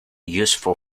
useful